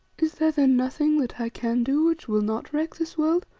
is there then nothing that i can do which will not wreck this world,